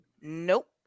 Nope